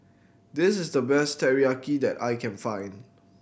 this is the best Teriyaki that I can find